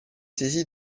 saisi